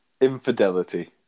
Infidelity